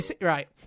Right